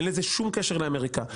אין לזה שום קשר לאמריקה.